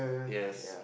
yes